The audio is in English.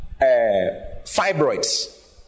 fibroids